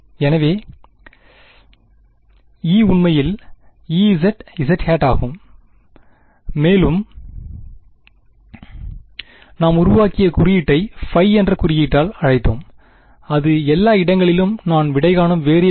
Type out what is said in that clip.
எனவே E உண்மையில் Ezzஆகும் மேலும் நாம் உருவாக்கிய குறியீட்டை பை என்ற குறியீட்டால் அழைத்தோம் அது எல்லா இடங்களிலும் நான்விடைகாணும் வெறியபில்